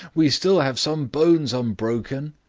we still have some bones unbroken.